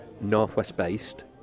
northwest-based